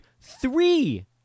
three